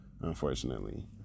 unfortunately